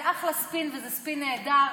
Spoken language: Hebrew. זה אחלה ספין וזה ספין נהדר.